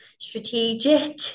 strategic